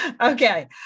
Okay